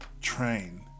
train